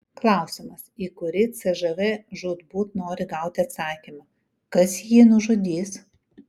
klausimas į kurį cžv žūtbūt nori gauti atsakymą kas jį nužudys